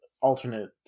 alternate